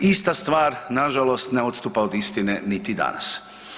Ista stvar nažalost ne odstupa od istine niti danas.